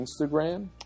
Instagram